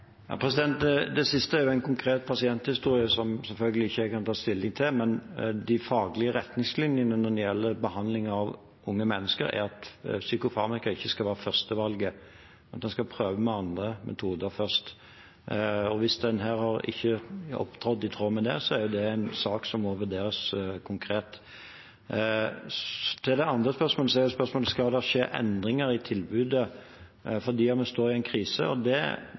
Det siste er en konkret pasienthistorie, som jeg selvfølgelig ikke kan ta stilling til, men de faglige retningslinjene når det gjelder behandling av unge mennesker, er at psykofarmaka ikke skal være førstevalget. En skal prøve andre metoder først. Hvis en her ikke har opptrådd i tråd med det, er det en sak som må vurderes konkret. Til det andre spørsmålet: Spørsmålet er om det skal skje endringer i tilbudet fordi vi står i en krise. Da tenker jeg at vi ikke må la nødvendige endringer og